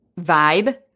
vibe